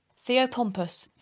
theopompus,